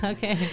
Okay